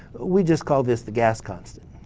we just call this the gas constant,